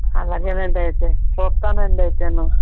అలాగేనండి అయితే చూస్తానండి అయితేను